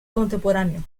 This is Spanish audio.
contemporáneo